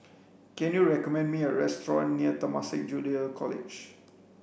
can you recommend me a restaurant near Temasek Junior College